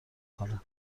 کنند